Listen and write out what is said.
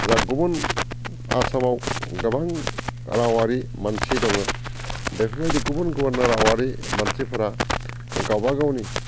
जा गुबुन आसामाव गोबां रावारि मानसि दङ बेबायदि गुबुन गुबुन रावारि मानसिफोरा गावबा गावनि